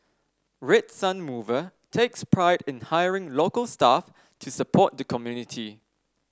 Red Sun Mover takes pride in hiring local staff to support the community